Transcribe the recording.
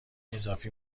اضافی